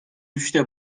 üçte